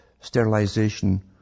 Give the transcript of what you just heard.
sterilization